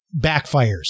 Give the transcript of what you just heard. backfires